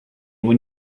when